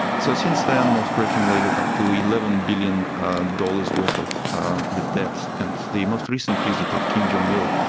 so since then north korea accumulated up to eleven billion dollars worth of debt, and the most recent visit of kim jong-il,